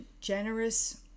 generous